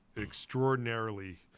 extraordinarily